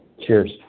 Cheers